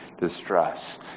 distress